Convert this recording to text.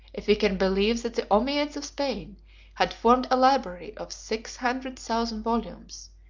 if we can believe that the ommiades of spain had formed a library of six hundred thousand volumes,